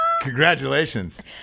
Congratulations